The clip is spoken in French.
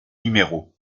numéro